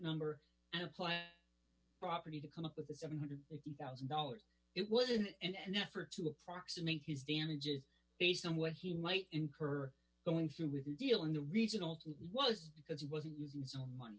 number and apply a property to come up with the seven hundred and fifty thousand dollars it was and the effort to approximate his damages based on what he might incur going through with the deal in the regional to was because he wasn't using his own money